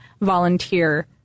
volunteer